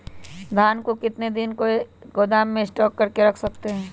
धान को कितने दिन को गोदाम में स्टॉक करके रख सकते हैँ?